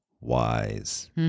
wise